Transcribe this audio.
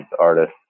artists